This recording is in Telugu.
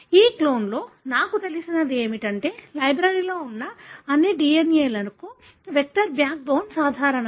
ఈ క్లోన్లో నాకు తెలిసినది ఏమిటంటే లైబ్రరీలో ఉన్న అన్ని DNA లకు వెక్టర్ బ్యాక్ బోన్ సాధారణం